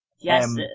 Yes